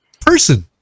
person